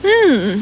hmm